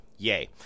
Yay